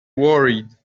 worried